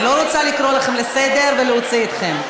אני לא רוצה להתחיל לקרוא אתכם לסדר ולהוציא אתכם.